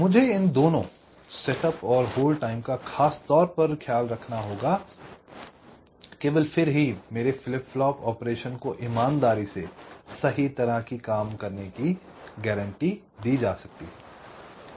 मुझे इन दोनों सेटअप और होल्ड टाइम का खास तौर पर ख्याल रखना होगा केवल फिर ही मेरे फ्लिप फ्लॉप ऑपरेशन को ईमानदारी से सही तरह काम करने की गारंटी दी जा सकती है